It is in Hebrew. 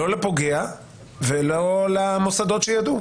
לא לפוגע ולא למוסדות שידעו.